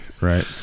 right